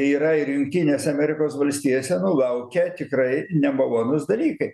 yra ir jungtinės amerikos valstijose laukia tikrai nemalonus dalykai